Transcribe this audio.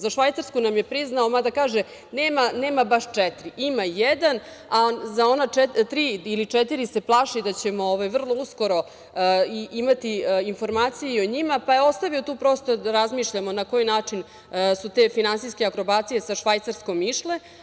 Za Švajcarsku nam je priznao mada kaže, nema baš četiri, ima jedan, a za ona tri ili četiri se plaši da ćemo vrlo uskoro imati informaciju i o njima, pa je ostavio tu prostor da razmišljamo na koji način su te finansijske akrobacije sa Švajcarskom išle.